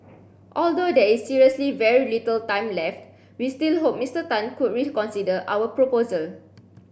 although there is seriously very little time left we still hope Mister Tan could reconsider our proposal